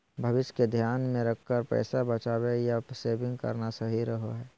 भविष्य के ध्यान मे रखकर पैसा बचावे या सेविंग करना सही रहो हय